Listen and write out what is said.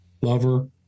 lover